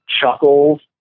chuckles